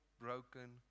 broken